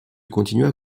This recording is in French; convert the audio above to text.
continua